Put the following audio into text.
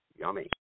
Yummy